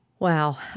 Wow